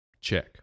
Check